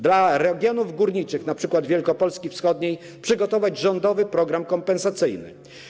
Dla regionów górniczych, np. Wielkopolski wschodniej, przygotować rządowy program kompensacyjny.